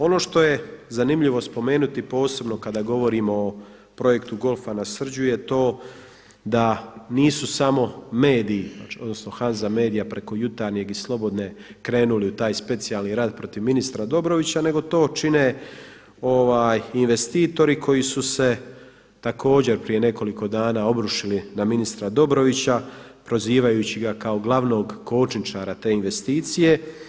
Ono što je zanimljivo spomenuti posebno kada govorimo o projektu golfa na Srđu je to da nisu samo mediji, odnosno Hanzamedija, preko Jutarnjeg i Slobodne krenuli u taj specijalni rat protiv ministra Dobrovića, nego to čine investitori koji su se također prije nekoliko dana obrušili na ministra Dobrovića prozivajući ga kao glavnog kočničara te investicije.